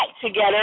together